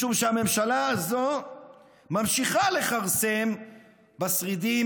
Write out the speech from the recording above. משום שהממשלה הזאת ממשיכה לכרסם בשרידים